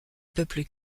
peuple